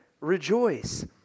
rejoice